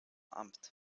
amt